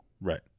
Right